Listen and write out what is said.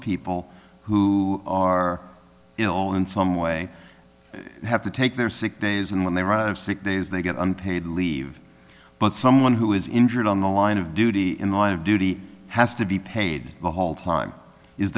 people who are ill in some way have to take their sick days and when they run out of sick days they get unpaid leave but someone who is injured on the line of duty in the line of duty has to be paid the whole time is